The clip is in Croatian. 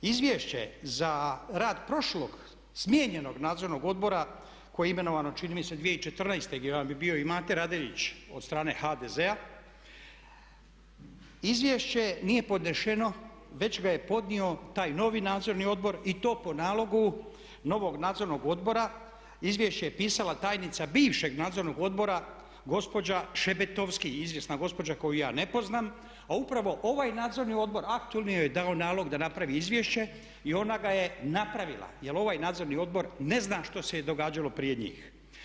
Izvješće za rad prošlog, smijenjenog nadzornog odbora koji je imenovan čini mi se 2014. gdje vam je bio i Mate Radeljić od strane HDZ-a, izvješće nije podneseno već ga je podnio taj novi nadzorni odbor i to po nalogu novog nadzornog odbora, izvješće je pisala tajnica bivšeg nadzornog odbora Gospođa Šebetovski, izvjesna gospođa koju ja ne poznam a upravo ovaj nadzorni odbor, aktualni joj je dao nalog da napravi izvješće i ona ga je napravila jer ovaj nadzorni odbor ne zna što se je događalo prije njih.